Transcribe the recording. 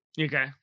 Okay